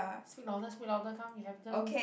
speak louder speak louder come you have them